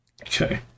okay